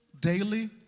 daily